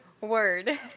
word